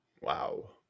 Wow